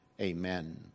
Amen